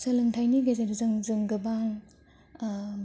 सोलोंथाइनि गेजेरजों जों गोबां